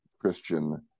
Christian